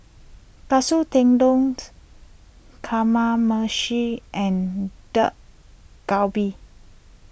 Katsu Tendont Kamameshi and Dak Galbi